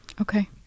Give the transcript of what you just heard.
Okay